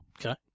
okay